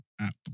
app